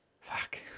Fuck